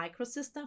Microsystem